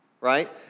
right